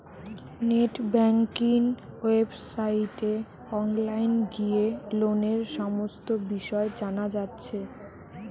net banking ওয়েবসাইটে online গিয়ে লোনের সমস্ত বিষয় জানা যাচ্ছে